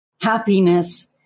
Happiness